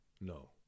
no